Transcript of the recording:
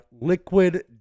Liquid